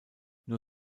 nur